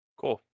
cool